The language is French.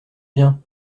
bien